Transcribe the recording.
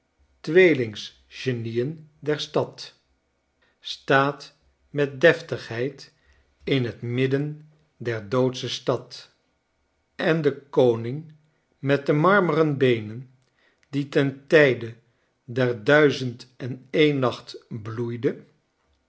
standbeelden tweelings genien der stad staat met deftigheid in het midden der doodsche stad en de koning met de marmeren beenen die ten tijde der duizend en en nacht bloeide